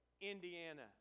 Indiana